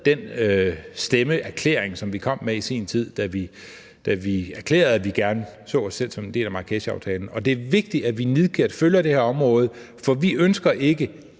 den stemmeerklæring, som vi kom med i sin tid, da vi erklærede, at vi gerne så os selv som en del af Marrakeshaftalen Det er vigtigt, at vi nidkært følger det her område, for vi ønsker ikke,